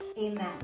amen